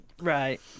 right